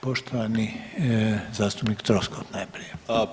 Poštovani zastupnik Troskot najprije.